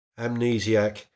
amnesiac